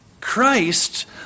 Christ